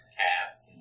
cats